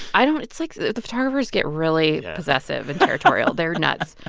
i don't it's like the photographers get really possessive and territorial. they're nuts.